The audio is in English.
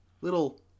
little